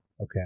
Okay